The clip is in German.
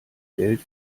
geld